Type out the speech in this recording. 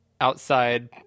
outside